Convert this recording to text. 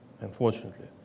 unfortunately